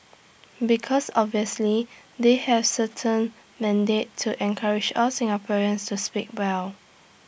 because obviously they have certain mandate to encourage all Singaporeans to speak well